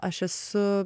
aš esu